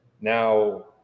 now